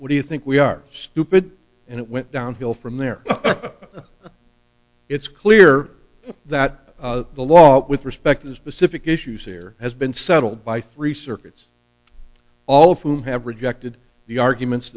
what do you think we are stupid and it went downhill from there it's clear that the law with respect to specific issues here has been settled by three circuits all of whom have rejected the arguments